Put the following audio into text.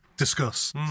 Discuss